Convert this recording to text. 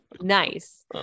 nice